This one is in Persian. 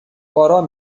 باران